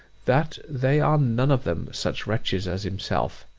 that they are none of them such wretches as himself.